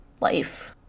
life